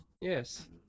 yes